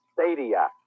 stadia